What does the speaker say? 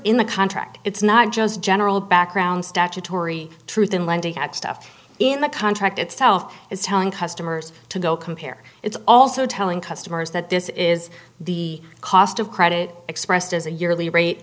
in the contract it's not just general background statutory truth in lending act stuff in the contract itself is telling customers to go compare it's also telling customers that this is the cost of credit expressed as a yearly rate